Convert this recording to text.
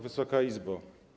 Wysoka Izbo!